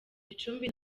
gicumbi